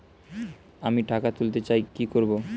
আমি টাকা তুলতে চাই কি করব?